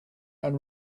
and